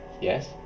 Yes